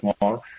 more